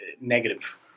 negative